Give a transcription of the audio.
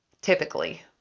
typically